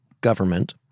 government